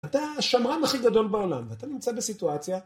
אתה השמרן הכי גדול בעולם, אתה נמצא בסיטואציה.